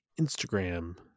Instagram